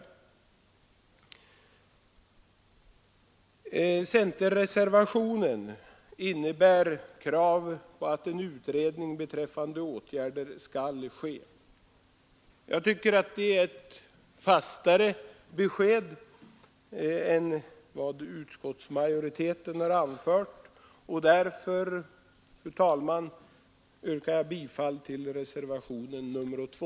Centerpartiets reservation innebär krav på att en utredning beträffande åtgärder skall ske. Jag tycker att detta är ett fastare besked än den skrivning utskottsmajoriteten gjort, och därför, fru talman, yrkar jag bifall till reservationen 2.